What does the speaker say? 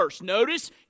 Notice